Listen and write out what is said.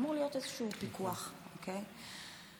אמור להיות איזשהו פיקוח, אוקיי?